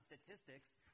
statistics